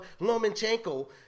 Lomachenko